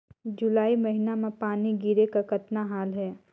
जुलाई महीना म पानी गिरे के कतना हाल हे?